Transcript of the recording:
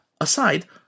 aside